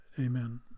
Amen